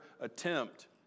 attempt